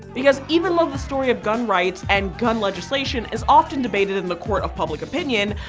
because even though the story of gun rights and gun legislation is often debated in the court of public opinion,